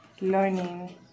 learning